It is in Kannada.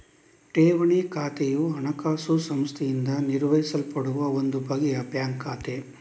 ಠೇವಣಿ ಖಾತೆಯು ಹಣಕಾಸು ಸಂಸ್ಥೆಯಿಂದ ನಿರ್ವಹಿಸಲ್ಪಡುವ ಒಂದು ಬಗೆಯ ಬ್ಯಾಂಕ್ ಖಾತೆ